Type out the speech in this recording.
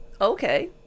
Okay